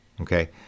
Okay